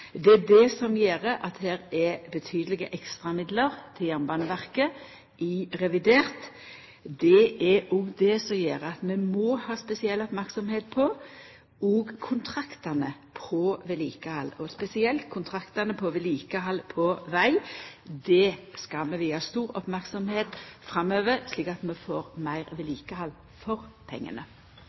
Det er det som gjer at det er betydelege ekstramidlar til Jernbaneverket i revidert. Det er òg det som gjer at vi må ha spesiell merksemd på kontraktane for vedlikehald, spesielt kontraktane for vedlikehald på veg. Det skal vi ha stor merksemd på framover, slik at vi får meir vedlikehald for pengane.